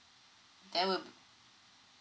there will